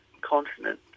continent